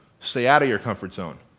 stay out of your comfort zone.